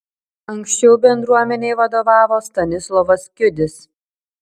anksčiau bendruomenei vadovavo stanislovas kiudis